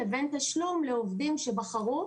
לבין תשלום לעובדים שבחרו